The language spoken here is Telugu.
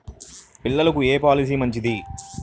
పిల్లలకు ఏ పొలసీ మంచిది?